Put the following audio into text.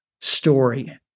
story